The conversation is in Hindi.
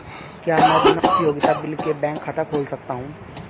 क्या मैं बिना उपयोगिता बिल के बैंक खाता खोल सकता हूँ?